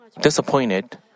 disappointed